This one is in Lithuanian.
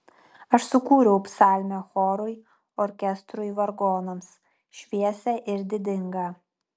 aš sukūriau psalmę chorui orkestrui vargonams šviesią ir didingą